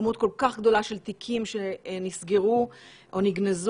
כמות כל כך גדולה של תיקים שנסגרו או נגנזו,